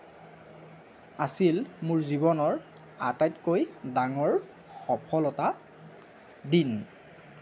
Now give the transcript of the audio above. আছিল মোৰ জীৱনৰ আটাইতকৈ ডাঙৰ সফলতা দিন